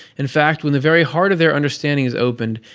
in fact, when the very heart of their understanding is opened,